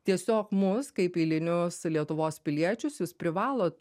tiesiog mus kaip eilinius lietuvos piliečius jūs privalot